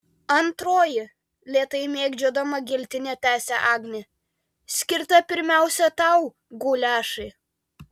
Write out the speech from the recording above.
antroji lėtai mėgdžiodama giltinę tęsia agnė skirta pirmiausia tau guliašai